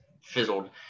fizzled